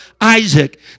Isaac